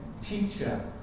Teacher